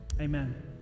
Amen